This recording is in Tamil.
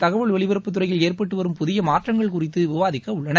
தகவல் ஒலிபரப்புத்துறையில் ஏற்பட்டு வரும் புதிய மாற்றங்கள் குறித்து விவாதிக்க உள்ளனர்